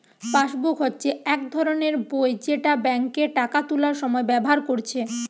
passbook হচ্ছে এক ধরণের বই যেটা বেঙ্কে টাকা তুলার সময় ব্যাভার কোরছে